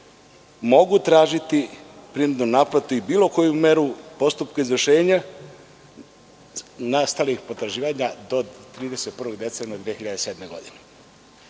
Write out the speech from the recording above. mogu tražiti prinudnu naplatu i bilo koju meru postupka izvršenja nastalih potraživanja do 31. decembra 2007. godine.